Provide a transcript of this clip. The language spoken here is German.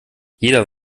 jeder